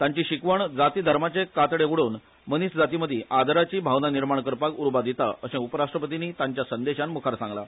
तांची शिकवण जाती धर्माचे कांतडे उडोवन मनीसजाती विशी आदराची भावना निर्माण करपाक उर्बा दिता अशे उपराष्ट्रपतींनी तांच्या संदेशान मुखार सांगला